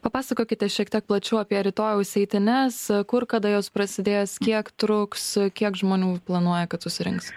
papasakokite šiek tiek plačiau apie rytojaus eitynes kur kada jos prasidės kiek truks kiek žmonių planuoja kad susirinks